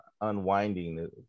unwinding